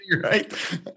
Right